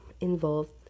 involved